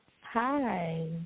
Hi